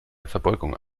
verbeugung